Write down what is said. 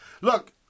Look